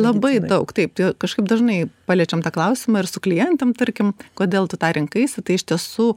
labai daug taip tai kad kažkaip dažnai paliečiam tą klausimą ir su klientėm tarkim kodėl tu tą rinkaisi tai iš tiesų